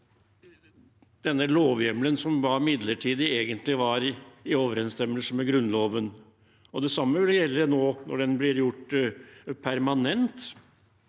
denne lovhjemmelen som var midlertidig, egentlig var i overensstemmelse med Grunnloven. Det samme gjelder nå når den blir gjort permanent.